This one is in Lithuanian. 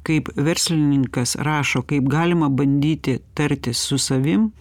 kaip verslininkas rašo kaip galima bandyti tartis su savim